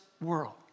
world